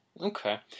Okay